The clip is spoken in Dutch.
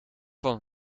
van